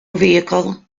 vehicle